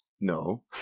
No